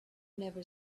never